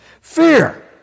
Fear